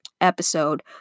episode